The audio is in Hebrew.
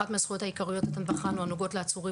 אחת מהזכויות העיקריות שבחנו הנוגעות לעצורים